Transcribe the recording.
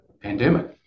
pandemic